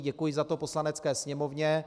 Děkuji za to Poslanecké sněmovně.